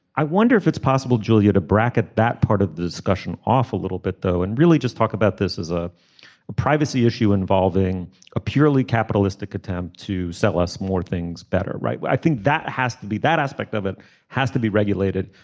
i wonder if it's possible julia to bracket that part of the discussion off a little bit though and really just talk about this as ah a privacy issue involving a purely capitalistic attempt to sell us more things better. right well i think that has to be that aspect of it has to be regulated.